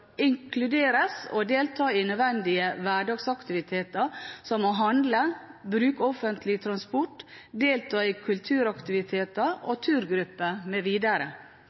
inkluderes og delta i nødvendige hverdagsaktiviteter som å handle, bruke offentlig transport, delta i kulturaktiviteter og turgrupper